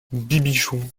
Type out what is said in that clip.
bibichon